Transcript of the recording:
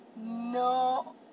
No